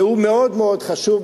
והוא מאוד מאוד חשוב,